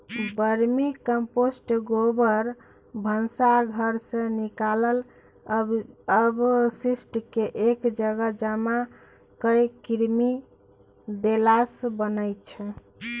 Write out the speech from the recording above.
vermicompost गोबर, भनसा घरसँ निकलल अवशिष्टकेँ एक जगह जमा कए कृमि देलासँ बनै छै